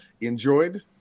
enjoyed